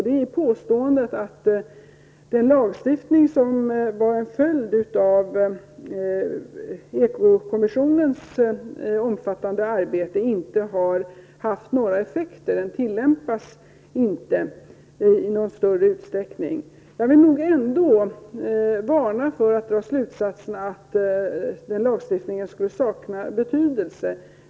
Det gäller påståendet att den lagstiftning som var en följd av ekokommissionens omfattande arbete inte har haft några effekter, att den inte tillämpas i någon större utsträckning. Jag vill ändå varna för slutsatsen att den lagstiftningen skulle sakna betydelse.